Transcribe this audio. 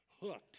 hooked